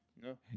No